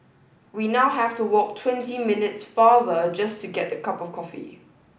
we now have to walk twenty minutes farther just to get a cup of coffee